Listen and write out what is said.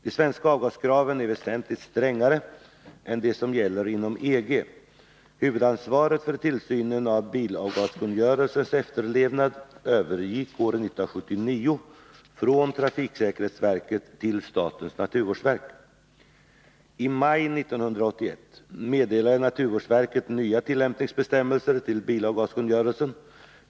De svenska avgaskraven är väsentligt strängare än de som gäller inom EG. Huvudansvaret för tillsynen av bilavgaskungörelsens efterlevnad övergick år 1979 från trafiksäkerhetsverket till statens naturvårdsverk. I maj 1981 meddelade naturvårdsverket nya tillämpningsbestämmelser till bilavgaskungörelsen.